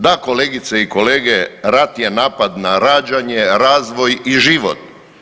Da, kolegice i kolege rat je napad na rađanje, razvoj i život.